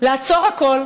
לעצור הכול,